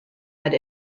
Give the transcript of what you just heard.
had